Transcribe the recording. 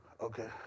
Okay